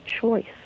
choice